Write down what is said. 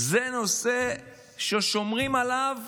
זה נושא ששומרים עליו